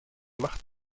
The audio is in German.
macht